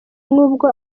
nubwo